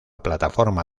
plataforma